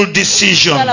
decision